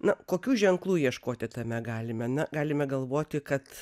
na kokių ženklų ieškoti tame galime na galime galvoti kad